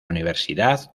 universidad